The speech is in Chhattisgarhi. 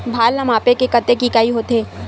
भार ला मापे के कतेक इकाई होथे?